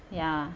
ya